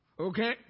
Okay